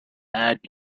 add